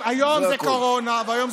אתה יודע מה?